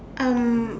um